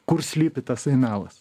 kur slypi tasai melas